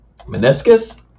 meniscus